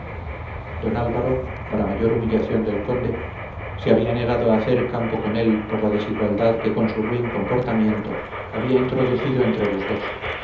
don álvaro para mayor humillación del conde se había negado a hacer campo con él por la desigualdad que con su ruin comportamiento había introducido entre los dos